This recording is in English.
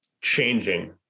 changing